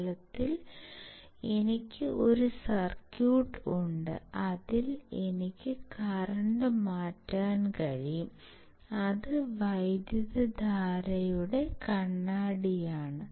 ഫലത്തിൽ എനിക്ക് ഒരു സർക്യൂട്ട് ഉണ്ട് അതിൽ എനിക്ക് കറന്റ് മാറ്റാൻ കഴിയും അത് വൈദ്യുതധാരയുടെ കണ്ണാടിയാണ്